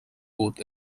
uut